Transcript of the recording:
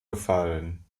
gefallen